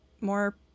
more